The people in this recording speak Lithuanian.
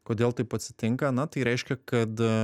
kodėl taip atsitinka na tai reiškia kad